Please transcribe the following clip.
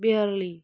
barley